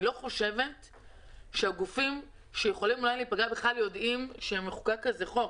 אני לא חושבת שהגופים שיכולים אולי להיפגע בכלל יודעים שמחוקק כזה חוק.